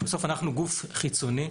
בסוף אנחנו גוף חיצוני.